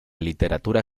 literatura